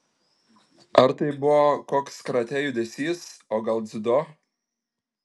ar tai buvo koks karatė judesys o gal dziudo